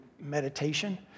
meditation